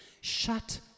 Shut